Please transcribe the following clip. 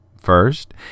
first